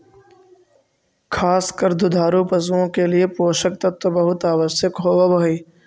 खास कर दुधारू पशुओं के लिए पोषक तत्व बहुत आवश्यक होवअ हई